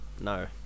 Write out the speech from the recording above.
No